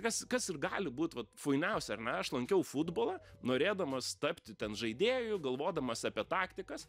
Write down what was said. kas kas ir gali būt vat fainiausia ar ne aš lankiau futbolą norėdamas tapti ten žaidėju galvodamas apie taktikas